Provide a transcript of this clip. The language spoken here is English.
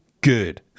Good